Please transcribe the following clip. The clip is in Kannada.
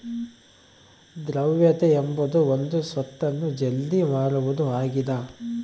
ದ್ರವ್ಯತೆ ಎಂಬುದು ಒಂದು ಸ್ವತ್ತನ್ನು ಜಲ್ದಿ ಮಾರುವುದು ಆಗಿದ